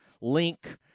Link